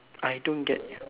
I don't get you